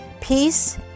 Peace